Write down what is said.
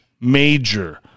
major